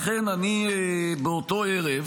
לכן באותו ערב